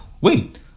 wait